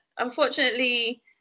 Unfortunately